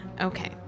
Okay